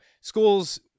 schools